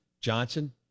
Johnson